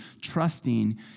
trusting